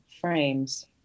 frames